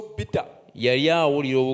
bitter